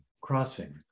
crossing